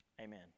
Amen